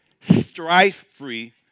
strife-free